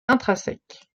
intrinsèque